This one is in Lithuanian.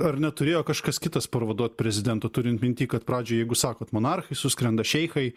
ar neturėjo kažkas kitas pavaduoti prezidento turint minty kad pradžioj jeigu sakot monarchai suskrenda šeichai